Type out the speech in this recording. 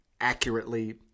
accurately